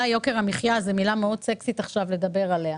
"יוקר המחיה" הן מילים מאוד סקסיות עכשיו לדבר עליה,